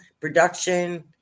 production